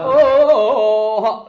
o